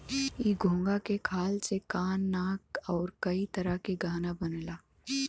इ घोंघा के खाल से कान नाक आउर कई तरह के गहना बनला